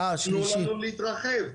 תנו לנו להתרחב,